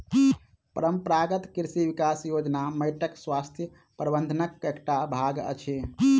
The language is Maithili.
परंपरागत कृषि विकास योजना माइटक स्वास्थ्य प्रबंधनक एकटा भाग अछि